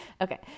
Okay